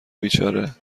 بیچاره